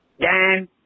Dan